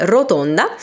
Rotonda